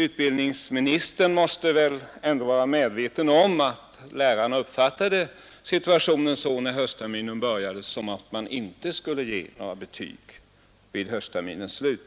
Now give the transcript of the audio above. Utbildningsministern måste ändå vara medveten om att lärarna uppfattade situationen så när höstterminen började att man inte skulle ge några betyg vid dess slut.